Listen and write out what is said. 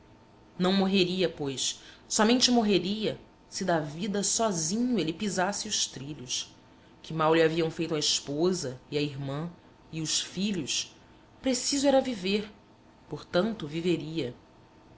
não morreria pois somente morreria se da vida sozinho ele pisasse os trilhos que mal lhe haviam feito a esposa e a irmã e os filhos preciso era viver portanto viveria